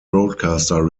broadcaster